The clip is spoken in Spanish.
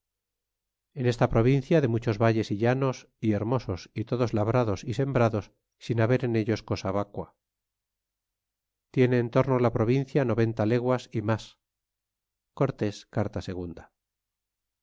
es esta provincia de muchos valles llanos y hermosos y todos labrados y sembrados sin haber en ellos cosa vacua tiene en torno la provincia noventa leguas y a mas co r tés carta